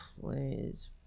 Please